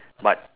but